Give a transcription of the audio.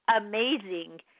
amazing